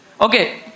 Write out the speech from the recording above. Okay